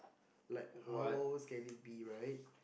like how lows can it be right